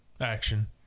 action